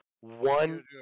one